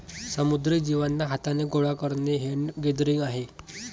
समुद्री जीवांना हाथाने गोडा करणे हैंड गैदरिंग आहे